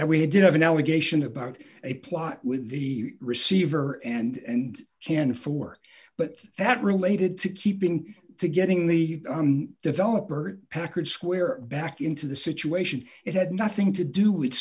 that we had to have an allegation about a plot with the receiver and canned for work but that related to keeping to getting the developer pecker square back into the situation it had nothing to do with